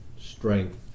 strength